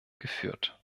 geführt